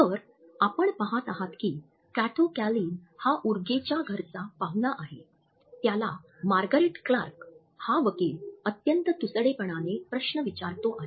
तर आपण पहात आहात की काटो कॅलिन हा उर्गेच्या घरचा पाहुणा आहे त्याला मार्गारेट क्लार्क हा वकील अत्यंत तुसडेपणाने प्रश्न विचारतो आहे